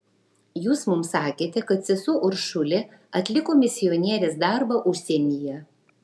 jūs mums sakėte kad sesuo uršulė atliko misionierės darbą užsienyje